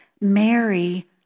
Mary